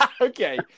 okay